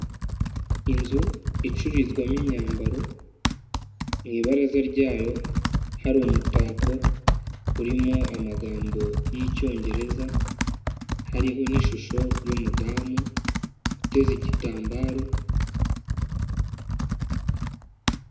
Inzu icururizwamo imyambaro, mu ibaraza ryayo hari umutako urimo amagambo y'Icyongereza, hariho n'ishusho y'umudamu, uteze igitambaro.